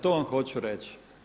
To vam hoću reći.